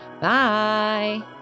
Bye